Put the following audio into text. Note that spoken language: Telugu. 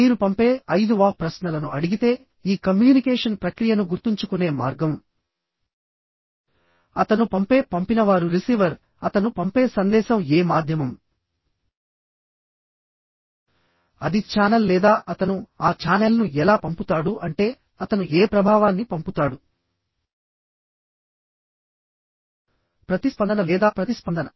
మీరు పంపే ఐదు WH ప్రశ్నలను అడిగితే ఈ కమ్యూనికేషన్ ప్రక్రియను గుర్తుంచుకునే మార్గం అతను పంపే పంపినవారు రిసీవర్ అతను పంపే సందేశం ఏ మాధ్యమం అది ఛానల్ లేదా అతను ఆ ఛానెల్ను ఎలా పంపుతాడు అంటే అతను ఏ ప్రభావాన్ని పంపుతాడు ప్రతిస్పందన లేదా ప్రతిస్పందన